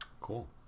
Cool